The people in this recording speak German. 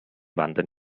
wandern